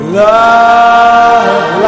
love